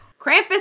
Krampus